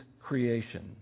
creation